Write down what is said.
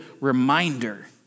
reminder